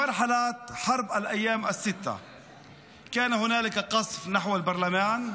בתקופה של מלחמת ששת הימים הייתה הפצצה לעבר הפרלמנט,